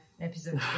episode